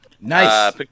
Nice